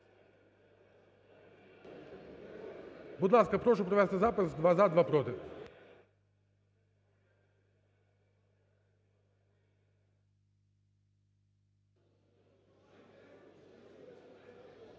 Будь ласка, прошу провести запис: два – за, два – проти.